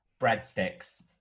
Breadsticks